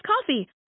coffee